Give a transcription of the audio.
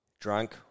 drunk